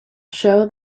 show